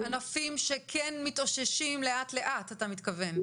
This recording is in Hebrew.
--- עבור ענפים שכן מתאוששים לאט לאט אתה מתכוון.